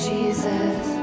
Jesus